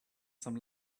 some